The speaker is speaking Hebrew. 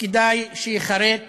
שכדאי שייחרת בזיכרונכם: